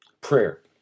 Prayer